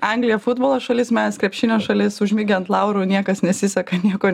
anglija futbolo šalis mes krepšinio šalis užmigę ant laurų niekas nesiseka nieko